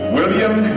William